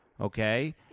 okay